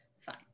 fine